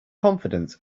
confident